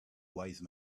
wise